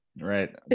right